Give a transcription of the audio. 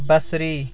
بصری